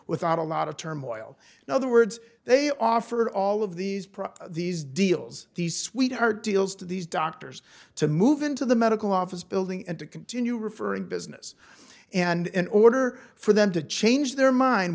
without a lot of turmoil now the words they offered all of these profit these deals these sweetheart deals to these doctors to move into the medical office building and to continue referring business and in order for them to change their mind